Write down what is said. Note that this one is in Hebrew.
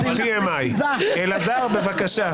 אלעזר בבקשה.